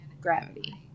gravity